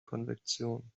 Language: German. konvektion